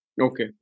Okay